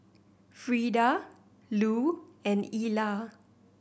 Frieda Lou and Ilah